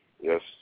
Yes